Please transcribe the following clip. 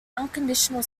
unconditional